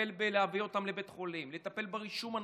לטפל בלהביא אותם לבית החולים, לטפל ברישום הנכון,